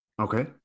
okay